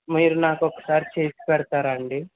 మీరు నాకొకసారి చేసిపెడతారా అండీ